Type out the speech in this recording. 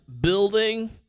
building